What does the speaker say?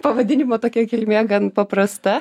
pavadinimo tokia kilmė gan paprasta